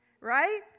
right